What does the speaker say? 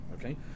okay